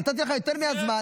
נתתי לך יותר מהזמן.